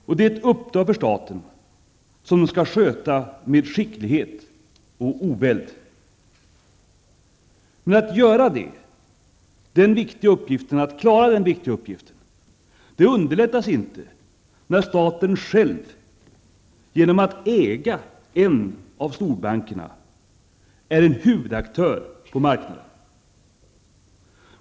Det är ett uppdrag för staten som den skall sköta med skicklighet och oväld. Men att klara den viktiga uppgiften underlättas inte när staten själv genom att äga en av storbankerna är en huvudaktör på marknaden.